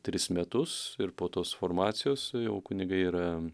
tris metus ir po tos formacijos jau kunigai yra